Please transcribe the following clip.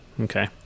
Okay